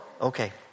okay